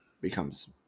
becomes